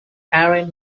ariane